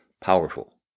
powerful